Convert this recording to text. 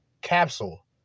Capsule